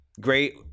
great